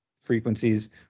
frequencies